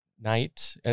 night